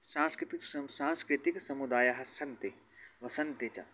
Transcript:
सांस्कृतिकं सांस्कृतिकसमुदायाः सन्ति वसन्ति च